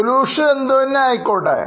Situation എന്തു തന്നെ ആയിക്കോട്ടെ